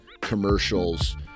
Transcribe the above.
commercials